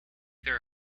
their